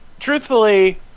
Truthfully